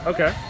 Okay